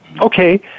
Okay